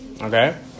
Okay